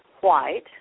white